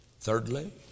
Thirdly